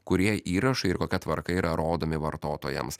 kurie įrašai ir kokia tvarka yra rodomi vartotojams